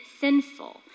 sinful